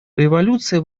революция